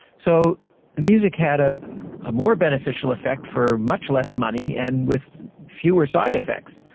so the music had a ah more beneficial effect for much less money and with fewer side effects.